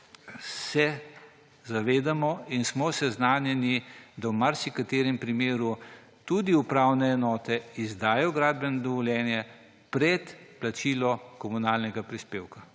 se zavedamo in smo seznanjeni, da v marsikaterem primeru tudi upravne enote izdajo gradbeno dovoljenje pred plačilom komunalnega prispevka.